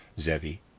Zevi